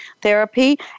Therapy